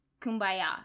Kumbaya